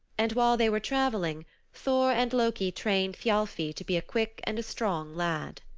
and while they were traveling thor and loki trained thialfi to be a quick and a strong lad.